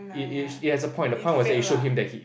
it it has a point the point was that it showed him that he